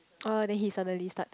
oh then he suddenly start it